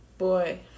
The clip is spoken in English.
Boy